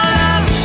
love